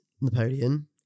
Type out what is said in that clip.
Napoleon